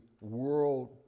world